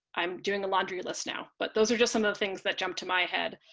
i'm doing the laundry list now, but those are just some of the things that jumped to my head.